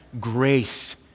grace